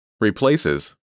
replaces